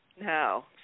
No